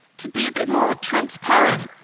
to be a bit more transparent,